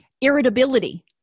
Irritability